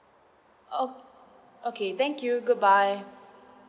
oh okay thank you good bye